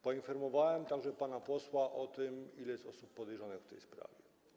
Poinformowałem także pana posła o tym, ile jest osób podejrzanych w tej sprawie.